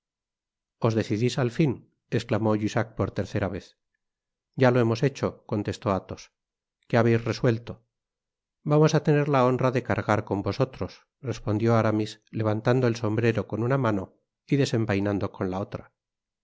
os decidis al fin esclamó jussac por tercera vez ya lo hemos hecho contestó athos qué habeis resuelto vamos á tener la honra de cargar con vosotros respondió aramis levan tando el sombrero con una mano y desenvainando con la otra